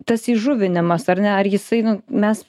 tas įžuvinimas ar ne ar jisai nu mes